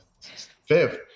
fifth